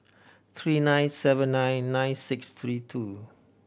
three nine seven nine nine six three two